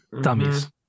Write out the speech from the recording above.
Dummies